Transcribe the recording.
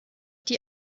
die